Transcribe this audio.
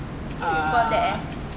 what you call that